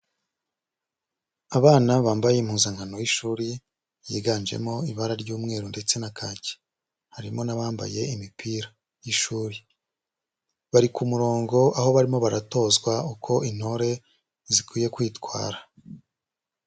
Abana bambaye impuzankano y'ishuri, yiganjemo ibara ry'umweru ndetse na kaki, harimo n'abambaye imipira y'ishuri, bari ku murongo aho barimo baratozwa uko intore zikwiye kwitwara.